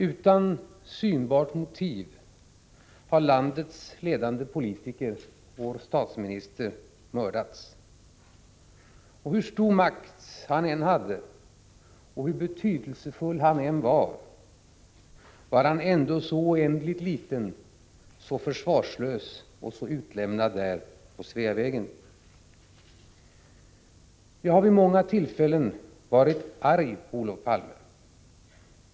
Utan synbart motiv har landets ledande politiker — vår statsminister — mördats. Hur stor makt han än hade och hur betydelsefull han än var, var han ändå så oändligt liten, så försvarslös och så utlämnad där på Sveavägen. Jag har vid många tillfällen varit arg på Olof Palme.